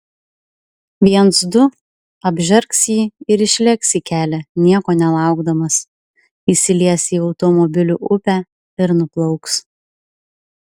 viens du apžergs jį ir išlėks į kelią nieko nelaukdamas įsilies į automobilių upę ir nuplauks